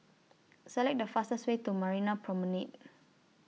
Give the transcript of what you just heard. Select The fastest Way to Marina Promenade